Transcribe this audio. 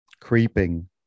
Creeping